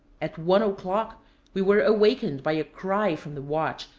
at one o'clock we were awakened by a cry from the watch,